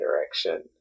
direction